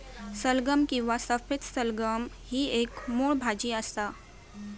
सलगम किंवा सफेद सलगम ही एक मुळ भाजी असा